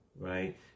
right